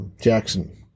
Jackson